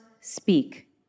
speak